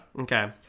Okay